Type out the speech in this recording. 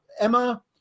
Emma